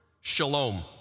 shalom